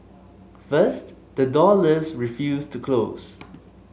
first the door lifts refused to close